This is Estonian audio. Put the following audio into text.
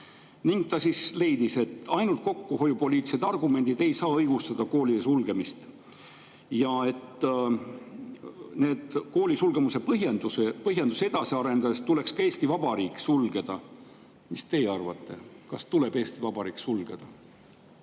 ning ta leidis, et ainult kokkuhoiupoliitilised argumendid ei saa õigustada koolide sulgemist. Ja et kooli sulgemise põhjendust edasi arendades tuleks ka Eesti Vabariik sulgeda. Mis teie arvate? Kas tuleb Eesti Vabariik sulgeda?